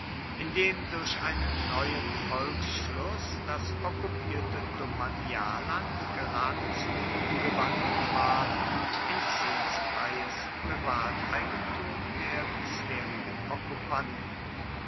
durch einen neuen volksschluß das okkupierte domanialland geradezu umgewandelt ward in zinsfreies privateigentum der bisherigen